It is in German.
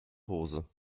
hose